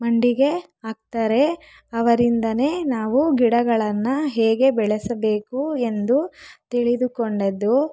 ಮಂಡಿಗೆ ಹಾಕ್ತಾರೆ ಅವರಿಂದಲೇ ನಾವು ಗಿಡಗಳನ್ನು ಹೇಗೆ ಬೆಳೆಸಬೇಕು ಎಂದು ತಿಳಿದುಕೊಂಡದ್ದು